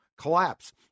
collapse